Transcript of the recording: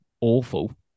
awful